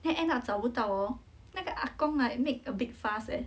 then end up 找不到哦那个阿公 like make a big fuss eh